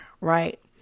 right